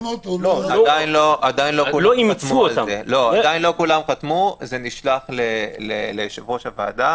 עדיין לא כולם חתמו וזה נשלח ליושב-ראש הוועדה